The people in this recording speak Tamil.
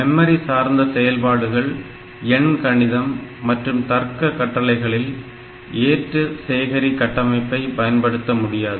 மெமரி சார்ந்த செயல்பாடுகள் எண் கணிதம் மற்றும் தர்க்க கட்டளைகளில் ஏற்று சேகரி கட்டமைப்பை பயன்படுத்த முடியாது